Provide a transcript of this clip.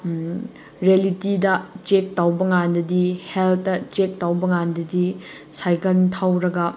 ꯔꯦꯂꯤꯇꯤꯗ check ꯇꯧꯕ ꯀꯥꯟꯗꯗꯤ ꯍꯦꯜꯠꯇ ꯆꯦꯛ ꯇꯧꯕ ꯀꯥꯟꯗꯗꯤ ꯁꯥꯏꯀꯟ ꯊꯧꯔꯒ